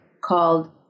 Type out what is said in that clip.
called